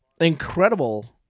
incredible